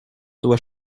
doit